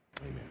Amen